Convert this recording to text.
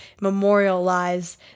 memorialize